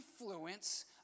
influence